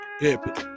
Hip